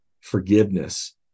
forgiveness